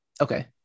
Okay